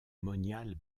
moniales